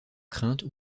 crainte